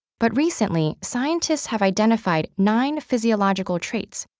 but recently, scientists have identified nine physiological traits,